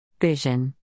Vision